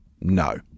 no